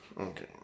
Okay